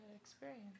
experience